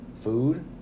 food